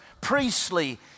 priestly